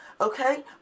okay